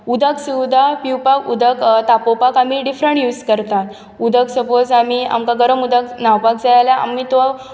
उदक सुद्दां पिवपाक उदक तापोवपाक आमी डिफरंट यूज करता उदक सपोज आमी आमकां गरम उदक न्हावपाक जाय जाल्यार आमी तो